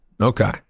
okay